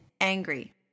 angry